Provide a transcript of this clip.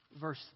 Verse